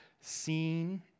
seen